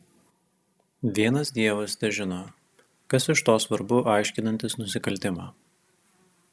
vienas dievas težino kas iš to svarbu aiškinantis nusikaltimą